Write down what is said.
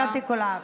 יישר כוח.)